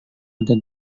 ada